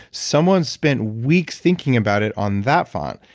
someone spent weeks thinking about it on that font.